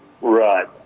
Right